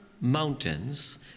Mountains